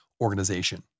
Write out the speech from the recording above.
organization